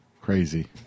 crazy